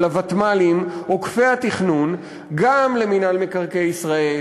הוותמ"לים עוקפי התכנון גם למינהל מקרקעי ישראל,